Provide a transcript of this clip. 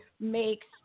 makes